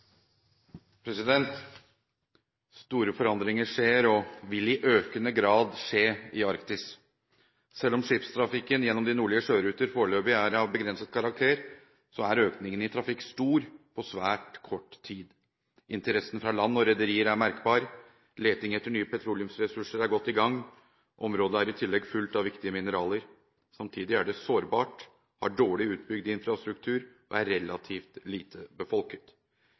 Store forandringer skjer, og vil i økende grad skje i Arktis. Selv om skipstrafikken gjennom de nordlige sjøruter foreløpig er av begrenset karakter, er økningen i trafikk blitt stor på svært kort tid. Interessen fra land og rederier er merkbar. Leting etter nye petroleumsressurser er godt i gang, og området er i tillegg fullt av viktige mineraler. Samtidig er det sårbart, har dårlig utbygd infrastruktur og er relativt lite befolket.